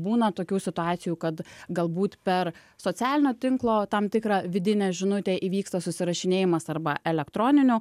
būna tokių situacijų kad galbūt per socialinio tinklo tam tikrą vidinę žinutę įvyksta susirašinėjimas arba elektroniniu